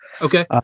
Okay